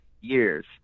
years